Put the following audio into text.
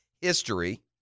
history